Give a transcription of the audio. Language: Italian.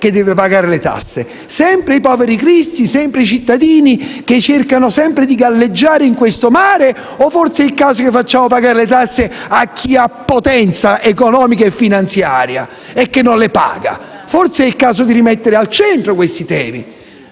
che deve pagare le tasse? Sempre i poveri cristi, i cittadini che cercano di galleggiare in questo mare? O forse sarebbe il caso che facciamo pagare le tasse a chi ha potenza economica e finanziaria e non le paga? Forse sarebbe il caso di rimettere al centro questi temi.